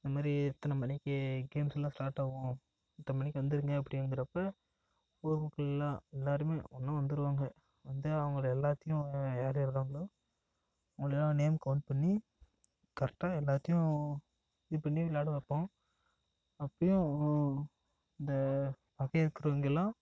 இதை மாதிரி இத்தனை மணிக்கு கேம்ஸ் எல்லாம் ஸ்டார்ட் ஆவும் இத்தனை மணிக்கு வந்துருங்க அப்படிங்கிறப்ப ஊர் மக்கள் எல்லாம் எல்லாருமே உடனே வந்துருவாங்க வந்து அவங்கள எல்லாத்தையும் யார் யார் இருக்காங்களோ அவங்களையெல்லாம் நேம் கவுண்ட் பண்ணி கரெட்டாக எல்லாத்தையும் இது பண்ணி விளாட வைப்போம் அப்பையும் இந்த பகையாக இருக்கறவங்க எல்லாம்